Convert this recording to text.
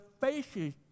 faces